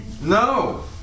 No